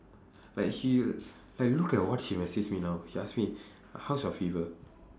like she like look at what she message me now she ask me how's your fever